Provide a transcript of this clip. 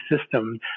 system